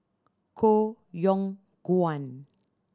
Koh Yong Guan